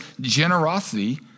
generosity